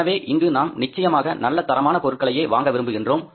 எனவே இங்கு நாம் நிச்சயமாக நல்ல தரமான பொருட்களையே வாங்க விரும்புகின்றோம்